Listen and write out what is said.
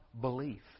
belief